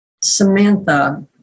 Samantha